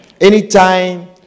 Anytime